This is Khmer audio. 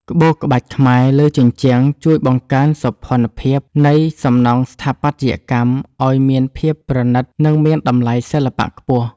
ក្បូរក្បាច់ខ្មែរលើជញ្ជាំងជួយបង្កើនសោភ័ណភាពនៃសំណង់ស្ថាបត្យកម្មឱ្យមានភាពប្រណីត និងមានតម្លៃសិល្បៈខ្ពស់។